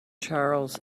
charles